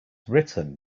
written